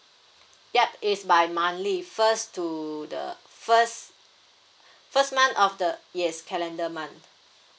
yup is by monthly first to the first first month of the yes calendar month